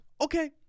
okay